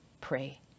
Pray